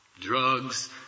Drugs